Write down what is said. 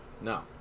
No